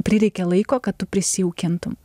prireikia laiko kad tu prisijaukintum